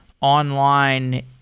online